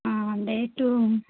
date